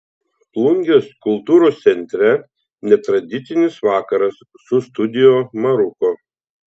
plungės kultūros centre netradicinis vakaras su studio maruko